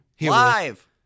live